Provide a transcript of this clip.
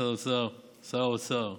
משרד האוצר ושר האוצר,